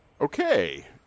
Okay